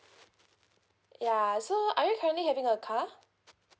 ya so are you currently having a car